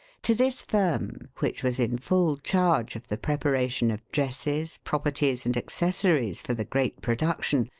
to this firm, which was in full charge of the preparation of dresses, properties, and accessories for the great production,